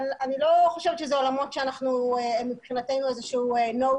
אבל אני לא חושבת שזה עולמות שמבחינתנו זה איזה שהוא no-go.